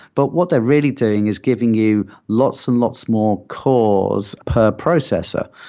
but what they're really doing is giving you lots and lots more cores per processor.